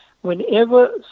whenever